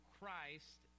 Christ